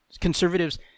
conservatives